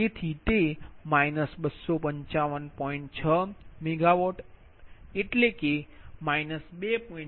તેથી તે 2556 મેગાવોટ અને 2